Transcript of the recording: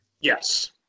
Yes